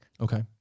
Okay